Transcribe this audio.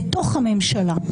בתוך הממשלה.